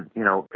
you know,